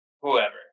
whoever